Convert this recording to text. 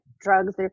drugs